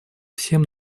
всем